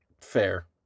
Fair